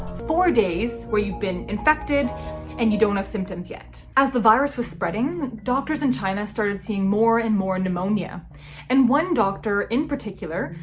four days where you've been infected and you don't have symptoms yet. as the virus was spreading, doctors in china started seeing more and more pneumonia and one doctor in particular,